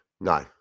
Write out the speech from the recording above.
No